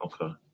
Okay